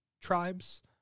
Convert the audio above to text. tribes